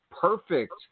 perfect